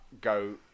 go